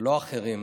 ולא אחרים,